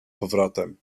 powrotem